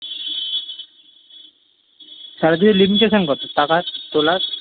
সারা দিনের লিমিটেশান কত টাকার তোলার